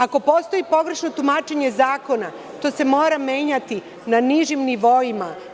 Ako postoji pogrešno tumačenje zakona, to se mora menjati na nižim nivoima.